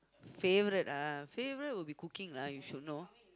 favourite uh favourite would be cooking lah you should know